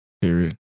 period